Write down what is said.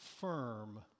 firm